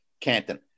Canton